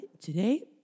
Today